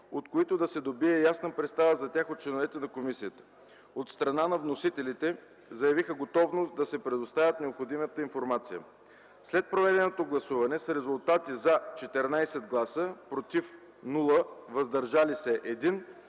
от които да се добие ясна представа за тях от членовете на комисията. От страна на вносителите заявиха готовност да предоставят необходимата информация. След проведеното гласуване с резултати „за” – 14 гласа, без „против” и 1 – „въздържал се”,